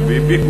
חביבי,